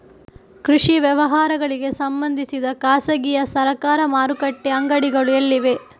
ಕೃಷಿ ವ್ಯವಹಾರಗಳಿಗೆ ಸಂಬಂಧಿಸಿದ ಖಾಸಗಿಯಾ ಸರಕಾರಿ ಮಾರುಕಟ್ಟೆ ಅಂಗಡಿಗಳು ಎಲ್ಲಿವೆ?